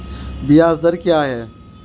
ब्याज दर क्या है?